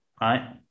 right